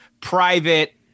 private